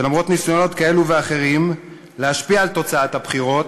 שלמרות ניסיונות כאלה ואחרים להשפיע על תוצאת הבחירות,